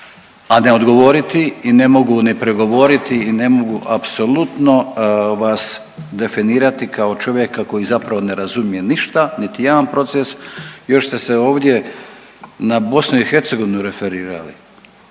a ne odgovoriti i ne mogu ne prigovoriti i ne mogu apsolutno vas definirati kao čovjeka koji zapravo ne razumije ništa, niti jedan proces još ste se ovdje na BiH referirali.